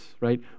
right